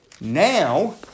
Now